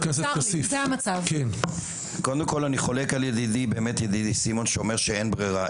חולק על ידידי סימון שאומר שאין ברירה.